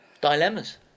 Dilemmas